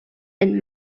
and